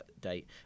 date